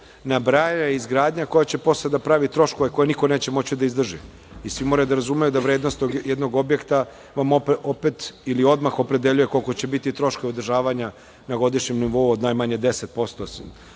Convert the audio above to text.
nabrajanje i izgradnja koja će posle da pravi troškove koje niko neće moći da izdrži. Svi moraju da razumeju da vrednost jednog objekta vam opet ili odmah opredeljuje koliko će biti troškova održavanja na godišnjem nivou od najmanje 10%,